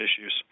issues